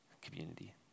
community